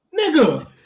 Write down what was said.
Nigga